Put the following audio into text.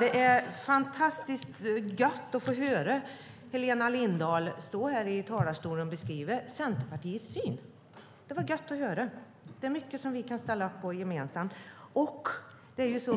Det är fantastiskt gott, herr talman, att få höra Helena Lindahl stå här i talarstolen och beskriva Centerpartiets syn. Det var gott att höra. Det är mycket som vi kan ställa upp på.